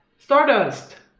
stardust.